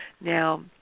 Now